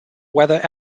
whether